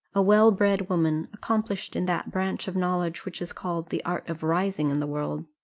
a well-bred woman, accomplished in that branch of knowledge which is called the art of rising in the world,